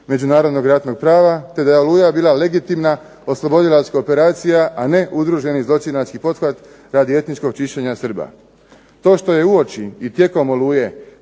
Međunarodnog ratnog prava, te da je Oluja bila legitimna oslobodilačka operacija, a ne udruženi zločinački pothvat radi etničkog čišćenja Srba. To što je uoči i tijekom Oluje